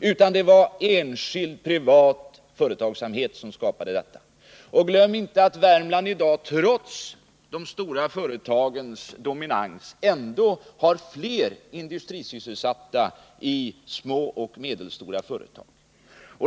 utan det var enskild, privat företagsamhet som skapade det. Glöm inte att Värmland i dag trots de stora företagens dominans har flera industrisysselsatta i små och medelstora företag.